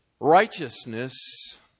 Righteousness